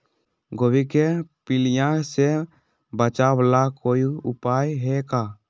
गोभी के पीलिया से बचाव ला कोई उपाय है का?